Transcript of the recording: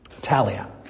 Talia